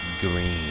Green